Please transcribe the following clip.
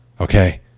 Okay